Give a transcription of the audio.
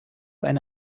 eine